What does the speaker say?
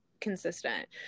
consistent